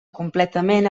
completament